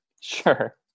Sure